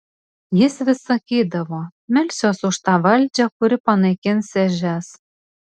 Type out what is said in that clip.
jis vis sakydavo melsiuos už tą valdžią kuri panaikins ežias